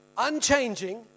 unchanging